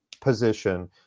position